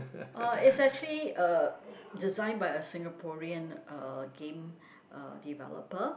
uh it's actually uh designed by a Singaporean uh game uh developer